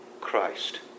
Christ